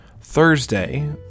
Thursday